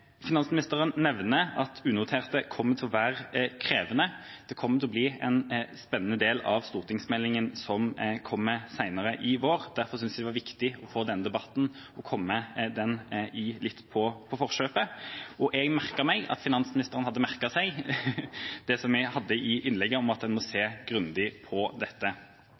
Finansministeren nevnte at unoterte investeringer kommer til å være krevende. Det kommer til å bli en spennende del av stortingsmeldinga som kommer senere i vår. Derfor synes jeg det var viktig å komme den debatten litt i forkjøpet. Jeg merket meg at finansministeren hadde merket seg det jeg sa i innlegget om at man må se grundig på dette.